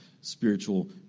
spiritual